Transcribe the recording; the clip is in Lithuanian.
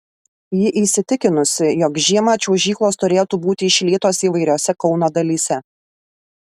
ji įsitikinusi jog žiemą čiuožyklos turėtų būti išlietos įvairiose kauno dalyse